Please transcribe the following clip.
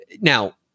Now